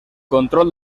control